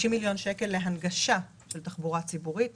90 מיליון שקל הולכים להנגשה של תחבורה ציבורית,